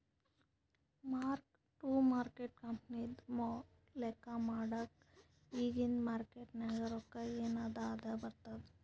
mark to market ಕಂಪನಿದು ಲೆಕ್ಕಾ ಮಾಡಾಗ್ ಇಗಿಂದ್ ಮಾರ್ಕೇಟ್ ನಾಗ್ ರೊಕ್ಕಾ ಎನ್ ಅದಾ ಅದೇ ಬರ್ತುದ್